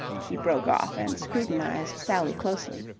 she broke off and scrutinized sally closely.